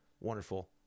wonderful